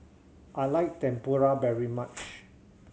I like Tempura very much